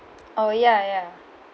oh ya ya